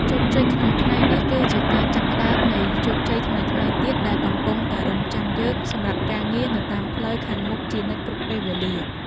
ជោគជ័យក្នុងថ្ងៃនេះគឺជាការចាប់ផ្ដើមនៃជោគជ័យថ្មីៗទៀតដែលកំពុងតែរង់ចាំយើងសម្រាប់ការងារនៅតាមផ្លូវខាងមុខជានិច្ចគ្រប់ពេលវេលា។